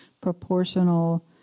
proportional